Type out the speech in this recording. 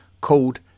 called